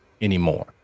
anymore